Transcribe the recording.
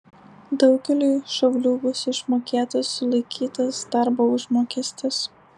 daugeliui šaulių bus išmokėtas sulaikytas darbo užmokestis